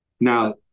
Now